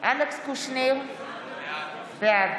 אלכס קושניר, בעד